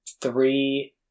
three